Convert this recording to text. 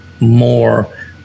more